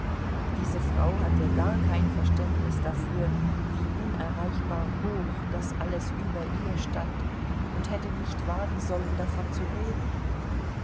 diese frau hatte gar kein verständnis dafür wie unerreichbar hoch das alles über ihr stand und hätte nicht wagen sollen davon zu reden